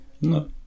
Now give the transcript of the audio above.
no